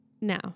Now